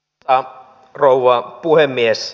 arvoisa rouva puhemies